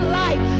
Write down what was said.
life